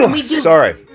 Sorry